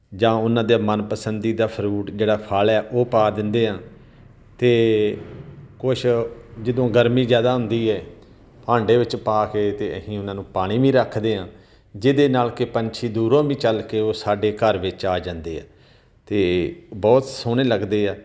ਜਾਂ ਉਹਨਾਂ ਦੇ ਮਨ ਪਸੰਦੀਦਾ ਫਰੂਟ ਜਿਹੜਾ ਫਲ ਆ ਉਹ ਪਾ ਦਿੰਦੇ ਹਾਂ ਅਤੇ ਕੁਛ ਜਦੋਂ ਗਰਮੀ ਜ਼ਿਆਦਾ ਹੁੰਦੀ ਹੈ ਭਾਂਡੇ ਵਿੱਚ ਪਾ ਕੇ ਅਤੇ ਅਸੀਂ ਉਹਨਾਂ ਨੂੰ ਪਾਣੀ ਵੀ ਰੱਖਦੇ ਹਾਂ ਜਿਹਦੇ ਨਾਲ ਕਿ ਪੰਛੀ ਦੂਰੋਂ ਵੀ ਚੱਲ ਕੇ ਉਹ ਸਾਡੇ ਘਰ ਵਿੱਚ ਆ ਜਾਂਦੇ ਆ ਅਤੇ ਬਹੁਤ ਸੋਹਣੇ ਲੱਗਦੇ ਆ